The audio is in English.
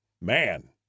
Man